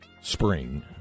spring